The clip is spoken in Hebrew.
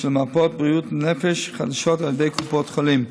של מרפאות בריאות נפש חדשות על ידי קופות החולים.